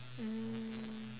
mm